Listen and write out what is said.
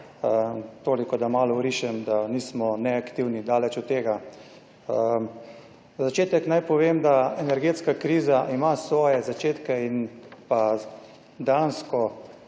Toliko, da malo orišem, da nismo neaktivni, daleč od tega. Za začetek naj povem, da energetska kriza ima svoje začetke in pa dejansko